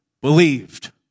believed